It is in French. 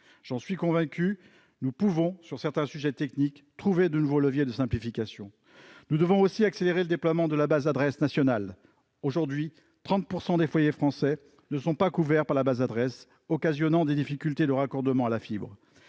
Je suis convaincu que nous pouvons, sur certains sujets techniques, trouver de nouveaux leviers de simplification. Nous devons aussi accélérer le déploiement de la base adresse nationale. Aujourd'hui, 30 % des foyers français ne sont pas couverts par la base adresse, ce qui occasionne des difficultés de raccordement à la fibre.